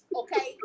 okay